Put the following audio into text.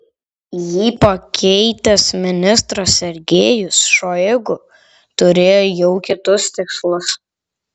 jį pakeitęs ministras sergejus šoigu turėjo jau kitus tikslus